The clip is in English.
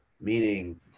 Meaning